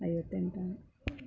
ಐವತ್ತೆಂಟು